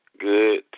good